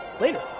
later